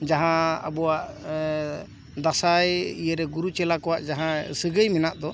ᱡᱟᱦᱟᱸ ᱟᱵᱚᱣᱟᱜ ᱫᱟᱸᱥᱟᱭ ᱤᱭᱟᱹᱨᱮ ᱜᱩᱨᱩ ᱪᱮᱞᱟ ᱠᱚᱣᱟᱜ ᱡᱟᱦᱟᱸ ᱥᱟᱹᱜᱟᱹᱭ ᱢᱮᱱᱟᱜ ᱫᱚ